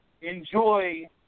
enjoy